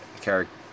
character